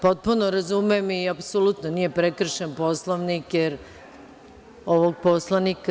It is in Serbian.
Potpuno razumem i apsolutno nije prekršen Poslovnik, jer ovog poslanika…